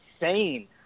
insane